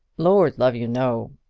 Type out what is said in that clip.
lord love you, no.